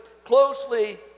closely